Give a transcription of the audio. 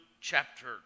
chapter